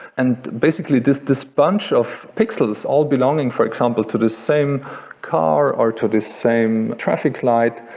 and basically, this dis bunch of pixels all belonging for example to the same car, or to the same traffic light,